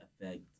affect